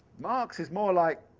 marx is more like,